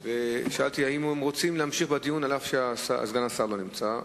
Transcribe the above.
ושאלתי אם הם רוצים להמשיך בדיון אף שסגן השר לא נמצא,